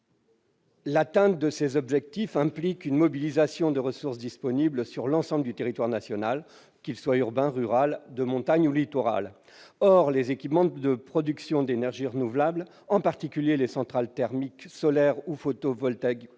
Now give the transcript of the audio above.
L'atteinte de ces objectifs implique une mobilisation des ressources disponibles sur l'ensemble du territoire national, qu'il soit urbain, rural, de montagne ou littoral. Or les équipements de production d'énergie renouvelable, en particulier les centrales thermiques solaires ou photovoltaïques